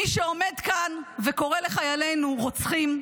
מי שעומד כאן וקורא לחיילינו רוצחים,